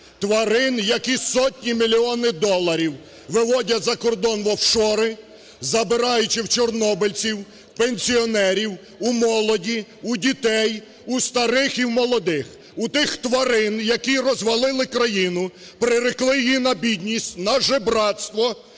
тварин, які сотні мільйонів доларів виводять за кордон в офшори, забираючи в чорнобильців, пенсіонерів, у молоді, у дітей, у старих і молодих; у тих тварин, які розвалили країну, прирекли її на бідність, на жебрацтво